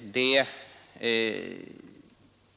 Det